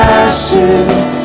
ashes